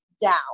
down